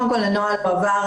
הנוהל הועבר